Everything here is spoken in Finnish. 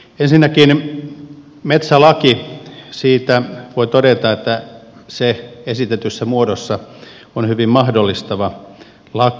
ensinnäkin metsälaista voi todeta että se esitetyssä muodossa on hyvin mahdollistava laki